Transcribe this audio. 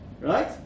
right